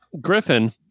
Griffin